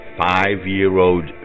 five-year-old